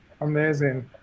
Amazing